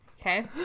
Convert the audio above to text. Okay